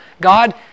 God